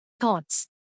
thoughts